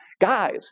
Guys